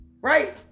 right